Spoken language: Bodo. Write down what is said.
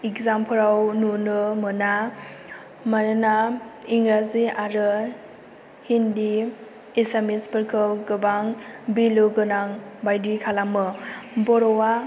इगजामफ्राव नुनो मोना मानोना इंराजि आरो हिन्दी एसामिसफोरखौ गोबां बेलु गोनां बायदि खालामो बर'आ